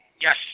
Yes